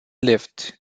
lived